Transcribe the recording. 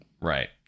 Right